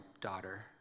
daughter